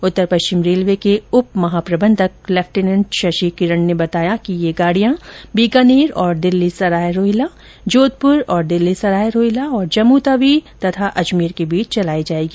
उत्तर पश्चिम railway के उप महाप्रबन्धक lieutenant Shashi किरण ने बताया कि ये गाड़ियां बीकानेर और दिल्ली सराय रोहिल्ला जोघपूर और दिल्ली सराय रोहिल्ला और जम्मूतवी और अजमेर के बीच चलायी जाएगी